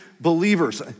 believers